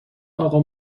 اقا